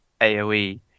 AoE